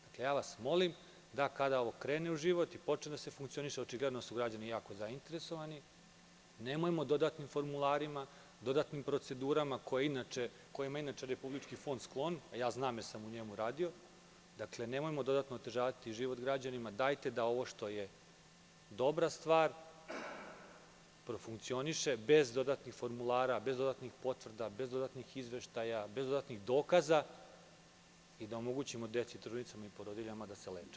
Dakle, molim vas, kada ovo krene u život i počne da funkcioniše, očigledno da su građani jako zainteresovani, nemojmo dodatnim formularima, dodatnim procedurama, kojima je inače Republički fond sklon, a ja znam jer sam u njemu radio, nemojmo dodatno otežavati život građanima, već dajte da ovo što je dobra stvar profunkcioniše bez dodatnih formulara, bez dodatnih potvrda, bez dodatnih izveštaja, bez dodatnih dokaza i da omogućimo deci, trudnicama i porodiljama da se leče.